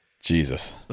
Jesus